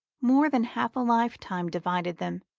more than half a lifetime divided them,